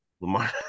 Lamar